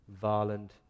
violent